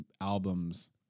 albums